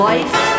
Life